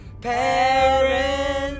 Parents